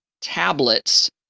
tablets